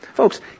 Folks